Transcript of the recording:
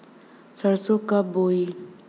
सरसो कब बोआई?